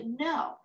No